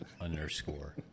underscore